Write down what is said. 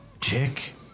chick